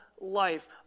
life